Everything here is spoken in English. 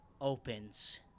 opens